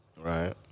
Right